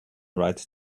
right